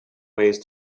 ways